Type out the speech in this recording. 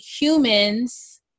humans